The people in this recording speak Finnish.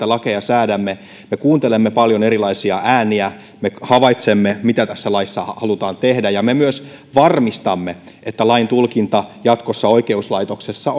lakeja säädämme ja kuuntelemme paljon erilaisia ääniä me havaitsemme mitä tässä laissa halutaan tehdä ja me myös varmistamme että lain tulkinta jatkossa oikeuslaitoksessa